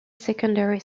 secondary